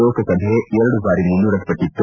ಲೋಕಸಭೆ ಎರಡು ಬಾರಿ ಮುಂದೂಡಲ್ಪಟ್ಟಿತ್ತು